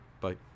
Bye